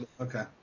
Okay